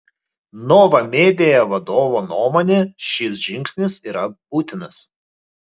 nova media vadovo nuomone šis žingsnis yra būtinas